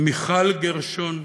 מיכל גרשון,